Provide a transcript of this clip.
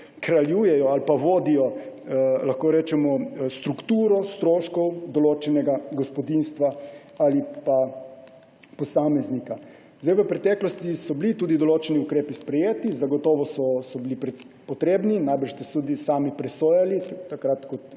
kraljujejo ali vodijo strukturo stroškov določenega gospodinjstva ali posameznika. V preteklosti so bili tudi določeni ukrepi sprejeti, zagotovo so bili potrebni, najbrž so tudi sami presojali takrat še